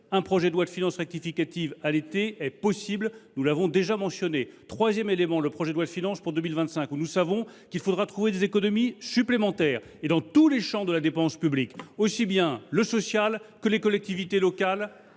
un projet de loi de finances rectificative à l’été est possible. Nous l’avons déjà dit. Troisième chose : pour le projet de loi de finances pour 2025, nous savons qu’il faudra trouver des économies supplémentaires, et dans tous les champs de la dépense publique, aussi bien le social que les collectivités locales